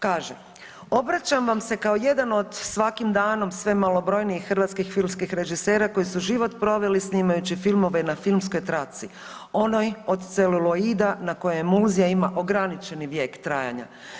Kaže, obraćam vam se kao jedan od svakim danom sve malobrojnijih hrvatskih filmskih režisera koji su život proveli snimajući filmove na filmskoj traci onoj od celuloida na koje emulzija ima ograničeni vijek trajanja.